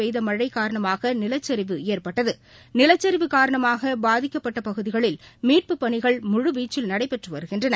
பெய்தமழைகாரணமாகநிலச்சரிவு மண்டிமாவட்டத்தில் ஏற்பட்டது நிலச்சரிவு காரணமாகபாதிக்கப்பட்டபகுதிகளில் மீட்புப் பணிகள் முழு வீச்சில் நடைபெற்றுவருகின்றன